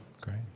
Great